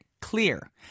clear